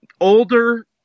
older